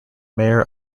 mayor